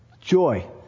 Joy